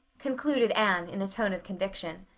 concluded anne in a tone of conviction.